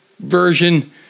version